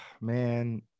Man